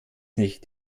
nicht